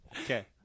Okay